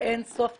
באין-סוף תיקונים.